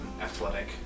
athletic